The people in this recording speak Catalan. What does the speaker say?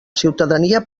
ciutadania